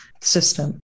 system